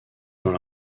dans